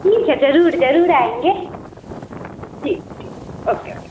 ठीक है ज़रूर ज़रूर आएँगे ठीक ठीक ओके ओके